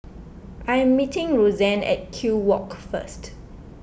I am meeting Rosanne at Kew Walk first